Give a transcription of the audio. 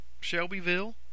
Shelbyville